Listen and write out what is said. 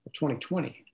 2020